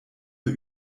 wir